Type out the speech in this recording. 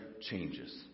changes